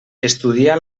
estudià